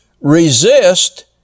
resist